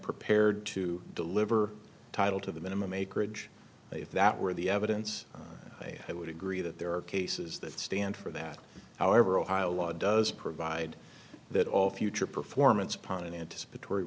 prepared to deliver title to the minimum acreage if that were the evidence i would agree that there are cases that stand for that however ohio law does provide that all future performance upon an anticipat